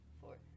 four